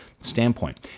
standpoint